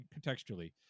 contextually